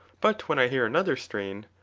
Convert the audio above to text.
but when i hear another strain,